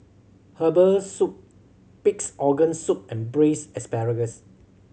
herbal soup Pig's Organ Soup and Braised Asparagus